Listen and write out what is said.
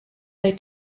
they